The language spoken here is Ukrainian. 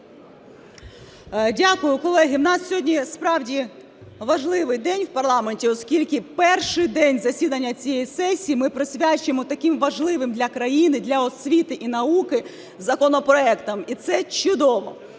Дякую. Колеги, у нас сьогодні справді важливий день в парламенті, оскільки перший день засідання цієї сесії ми присвячуємо таким важливим для країни, для освіти і науки законопроектам, і це чудово.